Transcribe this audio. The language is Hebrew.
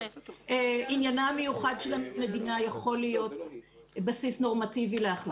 עניינה המיוחד של המדינה יכול להיות בסיס נורמטיבי להחלטת השר.